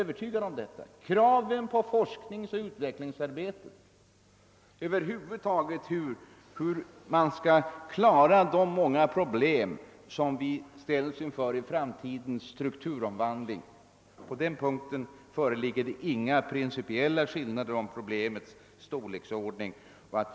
Beträffande synen på forskningsoch utvecklingsarbetets betydelse och över huvud taget frågan att vi kommer att möta många problem i framtidens strukturomvandling föreligger det inga principiella meningsskiljaktigheter.